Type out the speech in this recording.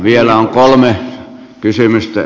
vielä on kolme kysymystä